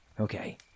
okay